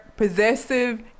possessive